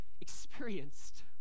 experienced